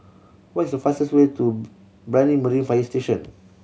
what is the fastest way to Brani Marine Fire Station